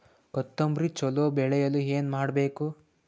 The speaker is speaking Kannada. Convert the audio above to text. ಕೊತೊಂಬ್ರಿ ಚಲೋ ಬೆಳೆಯಲು ಏನ್ ಮಾಡ್ಬೇಕು?